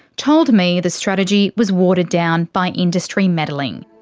told me the strategy was watered down by industry meddling.